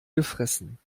gefressen